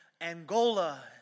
Angola